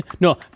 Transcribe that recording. No